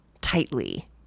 tightly